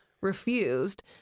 refused